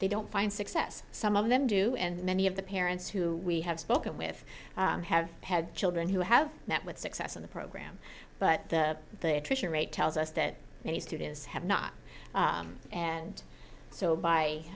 they don't find success some of them do and many of the parents who we have spoken with have had children who have met with success in the program but the attrition rate tells us that many students have not and so by